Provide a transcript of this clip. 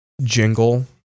jingle